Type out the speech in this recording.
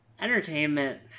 entertainment